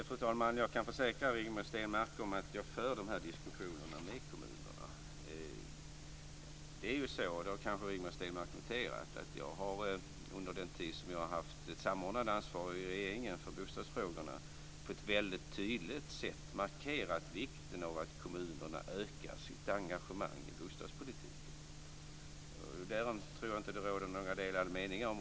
Fru talman! Jag kan försäkra Rigmor Stenmark om att jag för den här diskussionen med kommunerna. Rigmor Stenmark har kanske noterat att under den tid jag har haft samordnande ansvar i regeringen för bostadsfrågorna har jag på ett väldigt tydligt sätt markerat vikten av att kommunerna ökar sitt engagemang i bostadspolitiken. Därom tror jag inte att det råder några delade meningar.